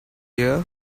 here